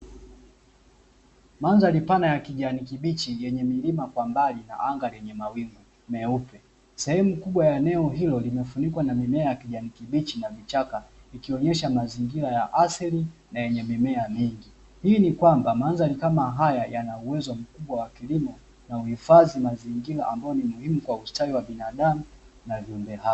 Mandhari pana ya kijani kibichi nyenye milima kwa mbali na anga lenye mawingu meupe. Sehemu kubwa ya eneo hilo imefunikwa na mimea ya kijani kibichi na vichaka, ikionyesha mazingira ya asili na yenye mimea mingi. Hii ni kwamba mandhari kama haya yanauwezo mkubwa wa kilimo na uhifadhi mazingira ambao ni muhimu kwa ustawi wa binadamu na viumbe hai.